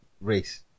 race